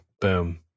boom